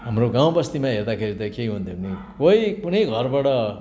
हाम्रो गाउँ बस्तीमा हेर्दाखेरि त के हुन्थ्यो भने कोही कुनै घरबाट